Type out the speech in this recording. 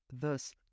thus